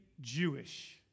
Jewish